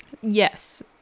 Yes